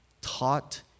taught